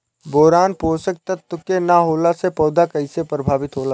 Boron पोषक तत्व के न होला से पौधा कईसे प्रभावित होला?